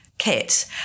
Kit